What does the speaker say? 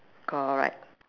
correct